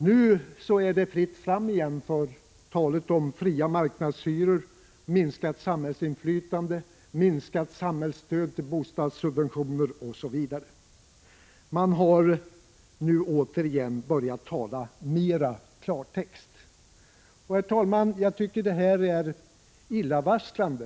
Nu är det fritt fram igen för talet om fria marknadshyror, minskat samhällsinflytande, minskat samhällsstöd till bostadssubventioner osv. Man har nu återigen börjat tala mer klartext. Herr talman! Jag tycker att det här är illavarslande.